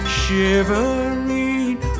shivering